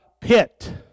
pit